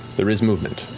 there is movement.